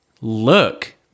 look